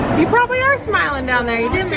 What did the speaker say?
you probably are smiling down there, you